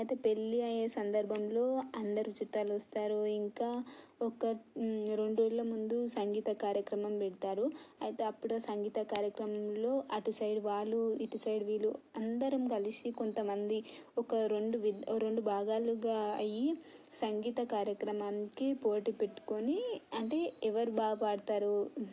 అయితే పెళ్ళి అయ్యే సందర్భంలో అందరు చూట్టాలు వస్తారు ఇంకా ఒక రెండు రోజుల ముందు సంగీత కార్యక్రమం పెడతారు అయితే అప్పుడు సంగీత కార్యక్రమంలో అటు సైడు వాళ్ళు ఇటు సైడు వీళ్ళు అందరం కలిసి కొంత మంది ఒక రెండు రెండు భాగాలుగా అయ్యి సంగీత కార్యక్రమానికి పోటీ పెట్టుకొని అంటే ఎవరు బాగా పాడతారు